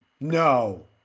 No